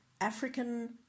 African